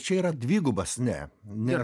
čia yra dvigubas ne ne